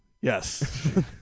Yes